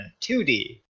2D